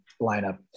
lineup